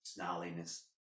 snarliness